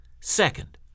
Second